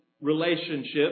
relationship